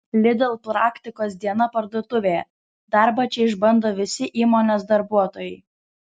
lidl praktikos diena parduotuvėje darbą čia išbando visi įmonės darbuotojai